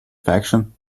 faction